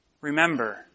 remember